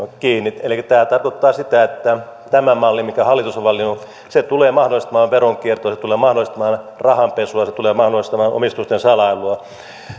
kiinni elikkä tämä tarkoittaa sitä että tämä malli minkä hallitus on valinnut tulee mahdollistamaan veronkiertoa se tulee mahdollistamaan rahanpesua se tulee mahdollistamaan omistusten salailua